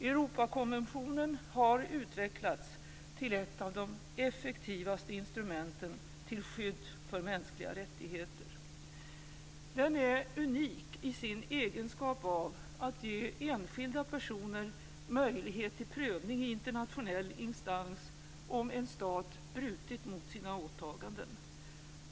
Europakonventionen har utvecklats till ett av de effektivaste instrumenten till skydd för mänskliga rättigheter. Den är unik i sin egenskap av att ge enskilda personer möjlighet till prövning i en internationell instans om en stat brutit mot sina åtaganden.